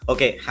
Okay